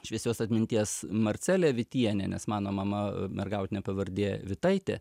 šviesios atminties marcelė vitienė nes mano mama mergautinė pavardė vitaitė